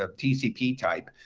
ah tcp type,